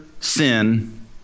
sin